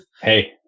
Hey